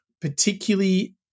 particularly